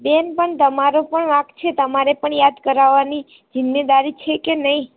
બેન પણ તમારો પણ વાંક છે જ તમારે પણ યાદ કરવાની જીમેદારી છે કે નહીં